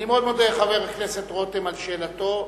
אני מאוד מודה לחבר הכנסת רותם על שאלתו.